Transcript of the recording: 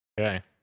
Okay